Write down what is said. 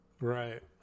Right